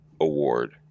award